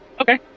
okay